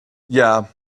yeah